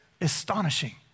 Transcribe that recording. astonishing